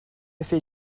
fait